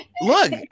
look